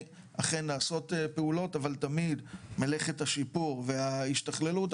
אכן נעשות פעולות אבל תמיד מלאכת השיפור וההשתכללות,